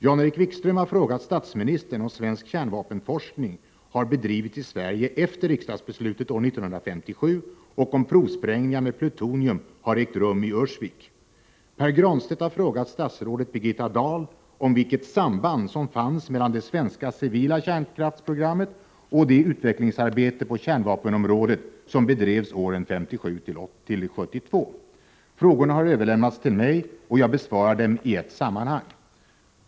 Jan-Erik Wikström har frågat statsministern om svensk kärnvapenforskning har bedrivits i Sverige efter riksdagsbeslutet år 1957 och om provsprängningar med plutonium har ägt rum i Ursvik. Pär Granstedt har frågat statsrådet Birgitta Dahl om vilket samband som fanns mellan det svenska civila kärnkraftsprogrammet och det utvecklingsarbete på kärnvapenområdet som bedrevs åren 1957-1972. Frågorna har överlämnats till mig, och jag besvarar dem i ett sammanhang.